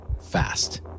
fast